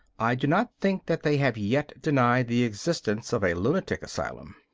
i do not think that they have yet denied the existence of a lunatic asylum.